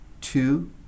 two